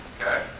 Okay